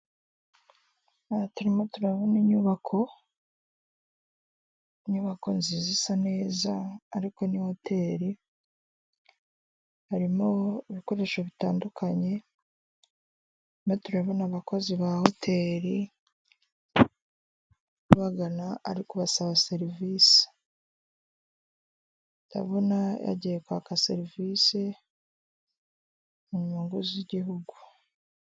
Aha turimo turabona inyubako, inyubako nziza isa neza ariko ni hoteri, harimo ibikoresho bitandukanye turimo turabona abakozi ba hoteli babagana ari ukubasaba serivise, ndabona agiye kwaka serivise mu nyungu z'igihugu.